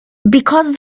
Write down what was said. because